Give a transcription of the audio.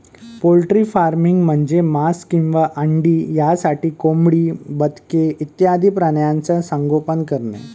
poultry farming म्हणजे मांस किंवा अंडी यासाठी कोंबडी, बदके इत्यादी प्राण्यांचे संगोपन करणे